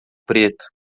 preto